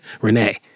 Renee